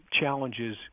challenges